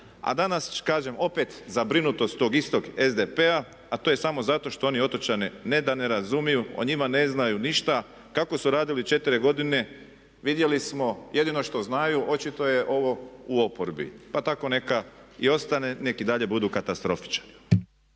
a danas kažem opet zabrinutost tog istog SDP-a a to je samo zato što oni otočane ne da ne razumiju, o njima ne znaju ništa, kako su radili 4 godine vidjeli smo, jedino što znaju očito je ovo u oporbi, pa tako neka i ostane, nek i dalje budu katastrofičari.